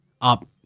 up